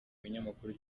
binyamakuru